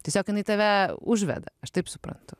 tiesiog jinai tave užveda aš taip suprantu